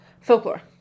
Folklore